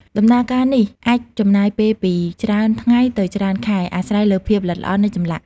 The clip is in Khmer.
ដំណើរការនេះអាចចំណាយពេលពីច្រើនថ្ងៃទៅច្រើនខែ អាស្រ័យលើភាពល្អិតល្អន់នៃចម្លាក់។